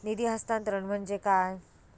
निधी हस्तांतरण म्हणजे काय?